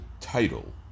title